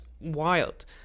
wild